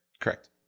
Correct